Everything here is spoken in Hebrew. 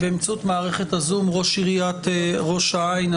באמצעות מערכת הזום, ראש עיריית ראש העין.